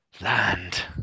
Land